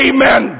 Amen